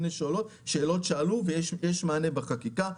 אלה כל מיני שאלות שעלו ויש מענה בחקיקה,